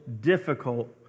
difficult